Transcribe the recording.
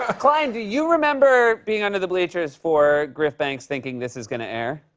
ah klein, do you remember being under the bleachers for griff banks, thinking this is gonna air?